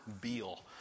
Beal